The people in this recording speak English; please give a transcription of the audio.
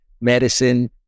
medicine